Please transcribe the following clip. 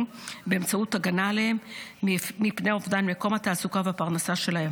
באמצעות הגנה עליהם מפני אובדן מקום התעסוקה והפרנסה שלהם.